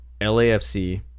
LAFC